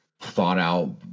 thought-out